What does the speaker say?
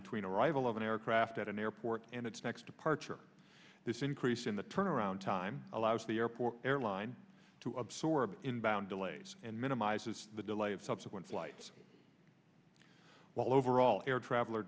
between arrival of an aircraft at an airport and its next departure this increase in the turnaround time allows the airport airline to absorb inbound delays and minimizes the delay of subsequent flights while overall air travel